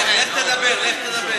לך, לך לדבר.